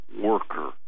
worker